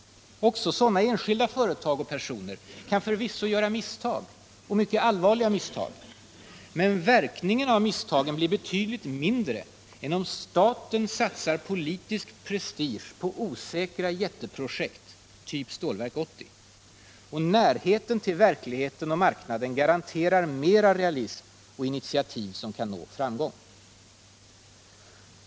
Också enskilda företag och personer kan förvisso göra misstag och mycket allvarliga misstag. Men verkningarna av misstagen blir betydligt mindre än om staten satsar politisk prestige på osäkra jätteprojekt typ Stålverk 80. Närheten till verkligheten och marknaden garanterar mera realism och initiativ som kan nå framgång.